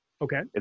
Okay